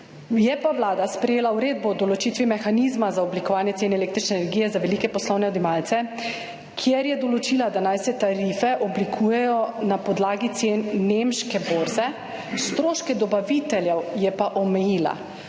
Je pa Vlada sprejela uredbo o določitvi mehanizma za oblikovanje cen električne energije za velike poslovne odjemalce, kjer je določila, da naj se tarife oblikujejo na podlagi cen nemške borze, stroške dobaviteljev je pa omejila.